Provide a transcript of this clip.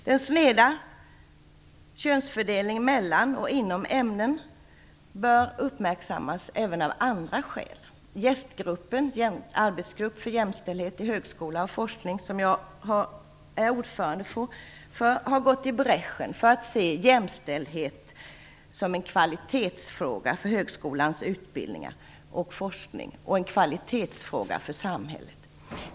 Den sneda könsfördelningen mellan och inom ämnen bör uppmärksammas även av andra skäl. JÄST gruppen, arbetsgruppen för jämställdhet i högskolans utbildningar och forskning, i vilken jag är ordförande, har gått i bräschen för synen på jämställdhet som en kvalitetsfråga för högskolans utbildningar och forskning samt för samhället.